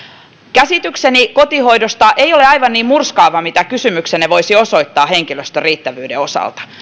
käsitykseni kotihoidosta ei ole aivan niin murskaava kuin mitä kysymyksenne voisi osoittaa henkilöstön riittävyyden osalta